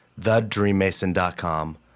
thedreammason.com